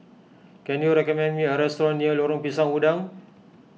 can you recommend me a restaurant near Lorong Pisang Udang